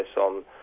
on